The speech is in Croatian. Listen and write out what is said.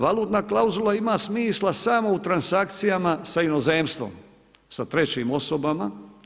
Valutna klauzula ima smisla samo u transakcijama sa inozemstvom, sa trećim osobama.